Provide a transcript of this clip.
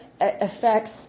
affects